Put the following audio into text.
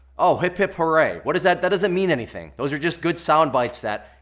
oh hip hip hooray, what does that, that doesn't mean anything, those are just good soundbites that